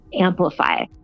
amplify